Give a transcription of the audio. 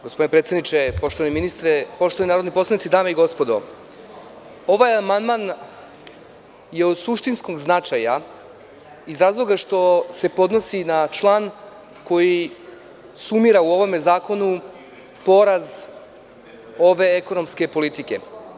Gospodine predsedniče, gospodine ministre, dame i gospodo narodni poslanici, ovaj amandman je od suštinskog značaja iz razloga što se podnosi na član koji sumira u ovom zakonu poraz ove ekonomske politike.